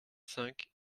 cinq